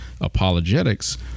apologetics